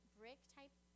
brick-type